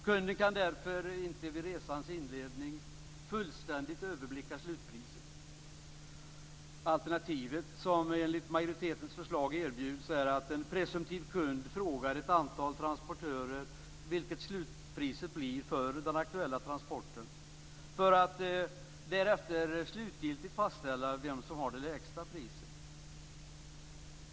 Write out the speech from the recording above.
Kunden kan därför inte vid resans inledning fullständigt överblicka slutpriset. Det alternativ som enligt majoritetens förslag erbjuds är att en presumtiv kund frågar ett antal transportörer vad slutpriset blir för den aktuella transporten för att därefter slutgiltigt fastställa vem som har det lägsta priset.